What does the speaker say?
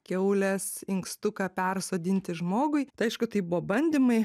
kiaulės inkstuką persodinti žmogui tai aišku tai buvo bandymai